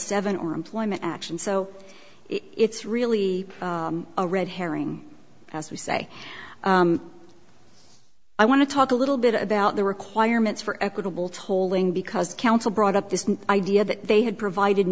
seven or employment action so it's really a red herring as we say i want to talk a little bit about the requirements for equitable tolling because counsel brought up this idea that they had provided